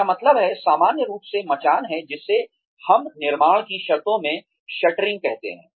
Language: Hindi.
मेरा मतलब है सामान्य रूप से मचान है जिसे हम निर्माण की शर्तों में शटरिंग कहते हैं